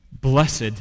Blessed